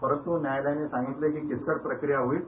परंत्र न्यायालयानं सांगितलं की किचकट प्रक्रिया होईल